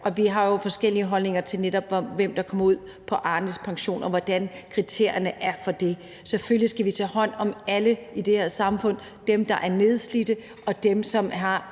og vi har jo netop forskellige holdninger, når det kommer til, hvem der kommer på Arnepension, og hvordan kriterierne er for det. Selvfølgelig skal vi tage hånd om alle i det her samfund, dem, der er nedslidte, og dem, som har